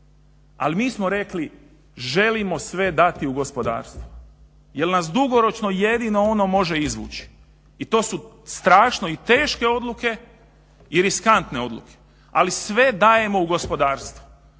al mi smo rekli želimo sve dati u gospodarstvo, jer nas dugoročno jedino ono može izvući i to su strašno i teške odluke i riskantne odluke, ali sve dajemo u gospodarstvo,